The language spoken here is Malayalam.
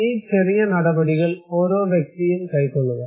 ഈ ചെറിയ നടപടികൾ ഓരോ വ്യക്തിയും കൈക്കൊള്ളുക